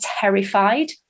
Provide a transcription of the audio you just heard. terrified